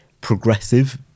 progressive